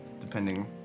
depending